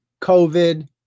COVID